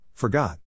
Forgot